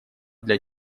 для